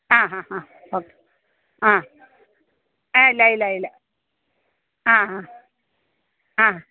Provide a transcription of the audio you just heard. ആ ഹാ ഹ ഹ ഓക്കെ ആ എ ഇല്ല ഇല്ല ഇല്ല ആ ഹാ ഹ